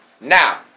Now